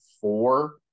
Four